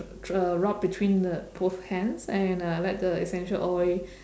uh rub between both hands and uh let the essential oil